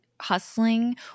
hustling